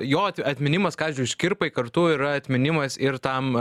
jo at atminimas kaziui škirpai kartu yra atminimas ir tam